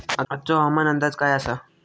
आजचो हवामान अंदाज काय आसा?